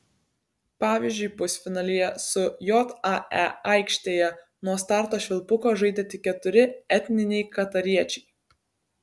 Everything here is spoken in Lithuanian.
pavyzdžiui pusfinalyje su jae aikštėje nuo starto švilpuko žaidė tik keturi etniniai katariečiai